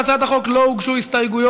להצעת החוק לא הוגשו הסתייגויות,